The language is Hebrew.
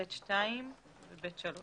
ב'2 ו-ב'3